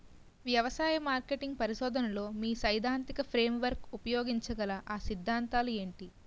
వ్యవసాయ మార్కెటింగ్ పరిశోధనలో మీ సైదాంతిక ఫ్రేమ్వర్క్ ఉపయోగించగల అ సిద్ధాంతాలు ఏంటి?